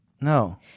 no